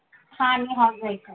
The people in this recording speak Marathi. हा मी हाऊस वाईफ आहे